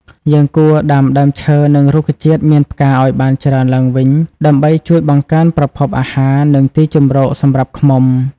យើងគួរដាំដើមឈើ និងរុក្ខជាតិមានផ្កាឲ្យបានច្រើនឡើងវិញ ដើម្បីជួយបង្កើនប្រភពអាហារ និងទីជម្រកសម្រាប់ឃ្មុំ។